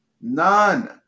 None